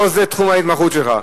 לא זה תחום ההתמחות שלך.